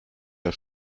der